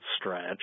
stretch